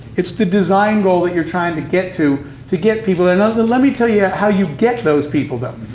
it's the design goal that you're trying to get to to get people, now and ah and let me tell you how you get those people, though.